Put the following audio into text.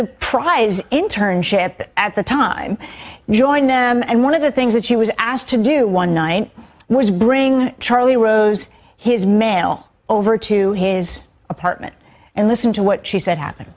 a prize in turn shape at the time joined them and one of the things that she was asked to do one night was bring charlie rose his mail over to his apartment and listen to what she said happened